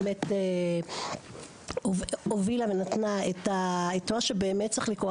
באמת הובילה ונתנה את מה שבאמת צריך לקרות.